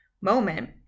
moment